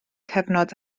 cyfnod